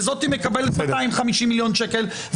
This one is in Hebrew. וזאת מקבלת 250,000,000 שקל,